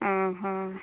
ଅହ